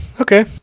Okay